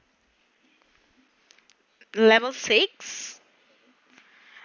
level six